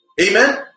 amen